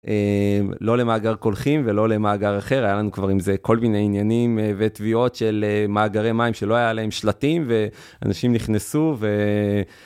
לא למאגר קולחים ולא למאגר אחר היה לנו כבר עם זה כל מיני עניינים ותביעות של מאגרי מים שלא היה להם שלטים ואנשים נכנסו.